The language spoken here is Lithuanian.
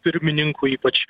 pirmininku ypač